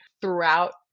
throughout